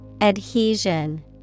Adhesion